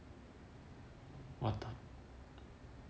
what the